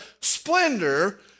splendor